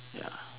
ya